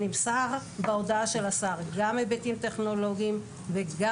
בהודעת השר נמסרו גם היבטים טכנולוגיים וגם